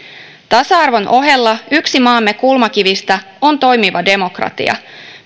tasa arvon ohella yksi maamme kulmakivistä on toimiva demokratia